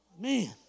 Man